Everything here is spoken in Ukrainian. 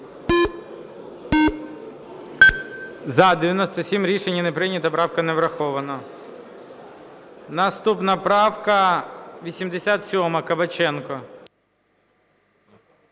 За-97 Рішення не прийнято. Правка не врахована. Наступна правка 87, Кабаченко.